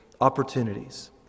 opportunities